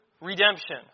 redemption